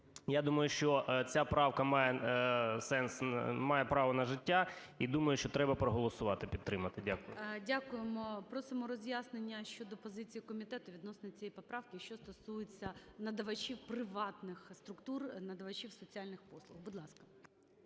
я думаю, що ця правка має сенс, має право на життя. І думаю, що треба проголосувати, підтримати. Дякую. ГОЛОВУЮЧИЙ. Дякуємо. Просимо роз'яснення щодо позиції комітету відносної цієї поправки, що стосується надавачів приватних структур, надавачів соціальних послуг, будь ласка.